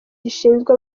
rishinzwe